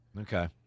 Okay